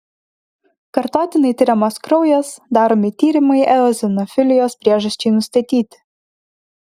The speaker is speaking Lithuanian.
kartotinai tiriamas kraujas daromi tyrimai eozinofilijos priežasčiai nustatyti